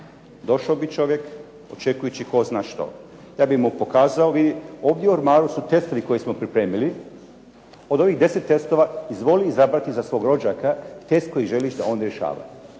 Došao bi čovjek očekujući tko zna što. Ja bi mu pokazao: "Vidi ovdje u ormaru su testovi koje smo pripremili, od ovih 10 testova izvoli izabrati za svog rođaka test koji želiš da on rješava."